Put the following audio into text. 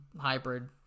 hybrid